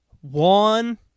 one